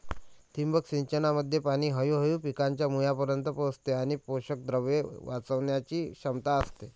ठिबक सिंचनामध्ये पाणी हळूहळू पिकांच्या मुळांपर्यंत पोहोचते आणि पोषकद्रव्ये वाचवण्याची क्षमता असते